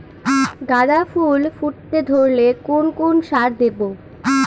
গাদা ফুল ফুটতে ধরলে কোন কোন সার দেব?